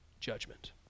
judgment